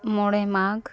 ᱢᱚᱬᱮ ᱢᱟᱜᱽ